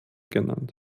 genannt